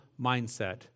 mindset